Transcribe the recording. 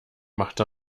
machte